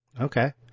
Okay